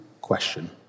question